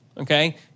Okay